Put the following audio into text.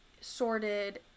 sorted